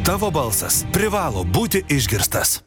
tavo balsas privalo būti išgirstas